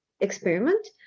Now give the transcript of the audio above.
experiment